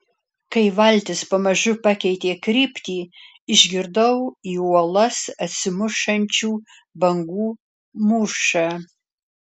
kai valtis pamažu pakeitė kryptį išgirdau į uolas atsimušančių bangų mūšą